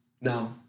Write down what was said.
Now